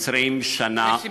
יש סיבה.